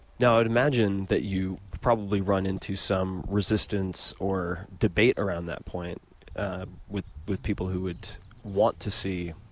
now i would imagine that you probably run into some resistance or debate around that point with with people who would want to see